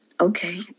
Okay